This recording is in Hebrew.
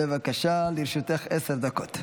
בבקשה, לרשותך עשר דקות.